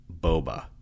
Boba